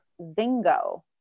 Zingo